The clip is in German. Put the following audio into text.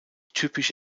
typisch